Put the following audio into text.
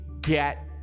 Get